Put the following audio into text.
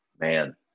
Man